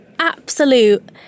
absolute